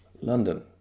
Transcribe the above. London